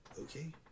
okay